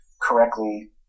correctly